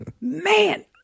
Man